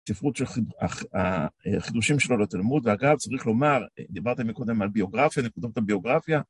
ספרות החידושים שלו לתלמוד, ואגב, צריך לומר, דיברת מקודם על ביוגרפיה, אני כותב את הביוגרפיה